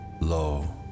Lo